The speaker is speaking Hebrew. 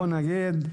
בוא נגיד,